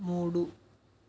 మూడు